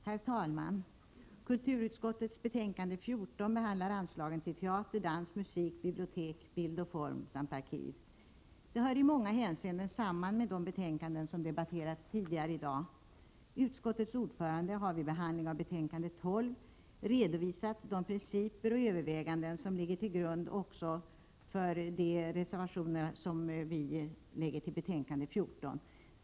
Herr talman! I kulturutskottets betänkande 14 behandlas anslagen till teater, dans, musik, bibliotek, bild och form samt arkiv. Det hör i många hänseenden samman med de betänkanden som debatterats tidigare i dag. Utskottets ordförande har vid behandlingen av betänkande 12 redovisat de principer och överväganden som ligger till grund för de reservationer som vi moderater fogat till betänkande 14.